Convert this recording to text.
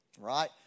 right